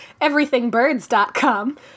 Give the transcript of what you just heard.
EverythingBirds.com